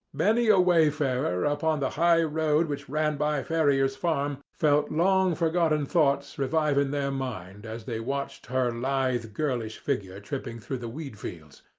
many a wayfarer upon the high road which ran by ferrier's farm felt long-forgotten thoughts revive in their mind as they watched her lithe girlish figure tripping through the wheatfields,